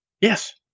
Yes